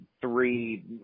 three